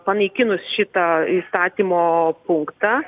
panaikinus šitą įstatymo punktą